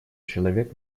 человек